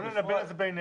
בוא נלבן את זה בינינו.